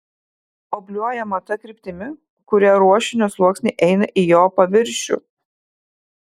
obliuojama ta kryptimi kuria ruošinio sluoksniai eina į jo paviršių